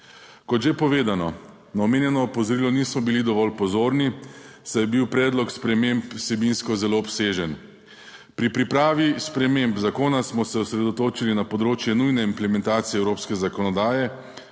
Kot že povedano, na omenjeno opozorilo nismo bili dovolj pozorni, saj je bil predlog sprememb vsebinsko zelo obsežen. Pri pripravi sprememb zakona smo se osredotočili na področje nujne implementacije evropske zakonodaje,